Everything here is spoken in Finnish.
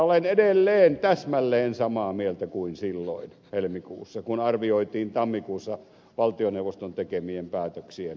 olen edelleen täsmälleen samaa mieltä kuin silloin helmikuussa kun arvioitiin tammikuussa valtioneuvoston tekemien päätöksien relevanttiutta